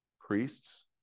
priests